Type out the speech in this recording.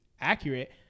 accurate